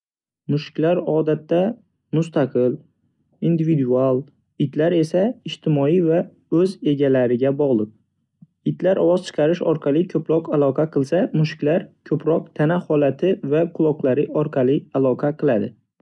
Mushuklar odatda mustaqil, individualdir, itlar esa ijtimoiy va o'z egalariga bog'liq. Itlar ovoz chiqarish orqali ko'proq aloqa qilsa, mushuklar ko'proq tana holati va quloqlari orqali aloqa qiladi.